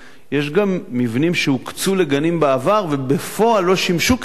יש גם מבנים שהוקצו לגנים בעבר ובפועל לא שימשו כגנים.